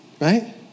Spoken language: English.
right